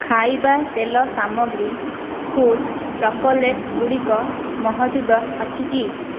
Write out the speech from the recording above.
ଖାଇବା ତେଲ ସାମଗ୍ରୀ ଫୁଲ୍ ଚକୋଲେଟ୍ ଗୁଡ଼ିକ ମହଜୁଦ ଅଛି କି